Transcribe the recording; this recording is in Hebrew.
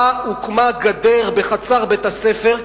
שבה הוקמה גדר בחצר בית-הספר,